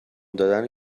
دادن